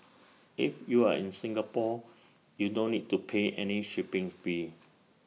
if you are in Singapore you don't need to pay any shipping fee